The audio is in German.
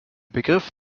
begriff